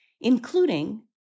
including